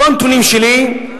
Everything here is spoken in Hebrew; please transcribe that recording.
לא נתונים שלי,